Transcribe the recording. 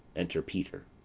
enter peter.